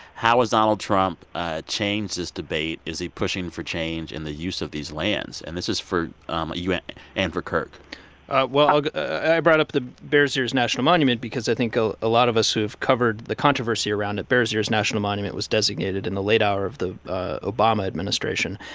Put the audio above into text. how has donald trump ah changed this debate? is he pushing for change in the use of these lands? and this is for um you and and for kirk well, i brought up the bears ears national monument because i think a lot of us who have covered the controversy around it bears ears national monument was designated in the late hour of the obama administration,